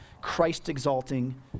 Christ-exalting